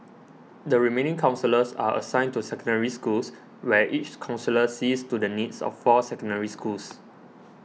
the remaining counsellors are assigned to Secondary Schools where each counsellor sees to the needs of four Secondary Schools